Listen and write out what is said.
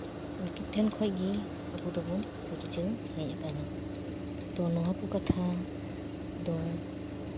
ᱩᱱᱠᱤᱱ ᱴᱷᱮᱱ ᱠᱷᱚᱡᱜᱮ ᱟᱵᱚ ᱫᱚᱵᱚᱱ ᱥᱤᱨᱡᱟᱹᱣ ᱦᱮᱡ ᱠᱟᱱᱟ ᱛᱳ ᱱᱚᱣᱟ ᱠᱚ ᱠᱟᱛᱷᱟ ᱫᱚ